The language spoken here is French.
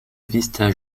vista